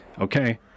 Okay